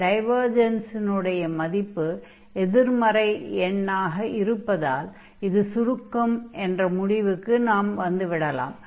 டைவர்ஜன்ஸினுடைய மதிப்பு எதிர்மறையாக இருப்பதால் இது சுருக்கம் என்ற முடிவுக்கு நாம் வந்துவிடலாம்